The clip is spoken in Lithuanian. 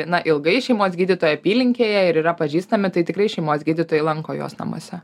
na ilgai šeimos gydytojo apylinkėje ir yra pažįstami tai tikrai šeimos gydytojai lanko juos namuose